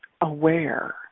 aware